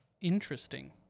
interesting